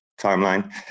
timeline